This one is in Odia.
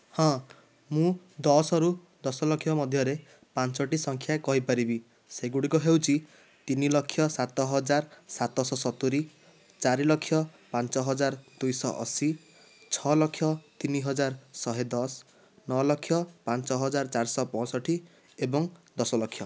ହଁ ମୁଁ ଦଶରୁ ଦଶଲକ୍ଷ ମଧ୍ୟରେ ପାଞ୍ଚଟି ସଂଖ୍ୟା କହିପାରିବି ସେଗୁଡ଼ିକ ହେଉଛି ତିନିଲକ୍ଷ ସାତହଜାର ସାତଶହ ସତୁରି ଚାରିଲକ୍ଷ ପାଞ୍ଚହଜାର ଦୁଇଶହ ଅଶି ଛଅଲକ୍ଷ ତିନିହଜାର ଶହେଦଶ ନଅଲକ୍ଷ ପାଞ୍ଚହଜାର ଚାରିଶହ ପଅଁଷଠି ଏବଂ ଦଶଲକ୍ଷ